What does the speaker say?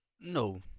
No